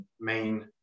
main